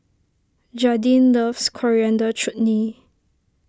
Jadyn loves Coriander Chutney